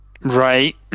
Right